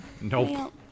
Nope